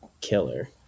killer